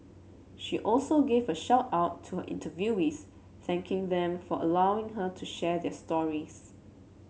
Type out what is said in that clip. she also gave a shout out to her interviewees thanking them for allowing her to share their stories